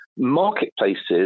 Marketplaces